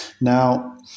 Now